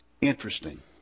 interesting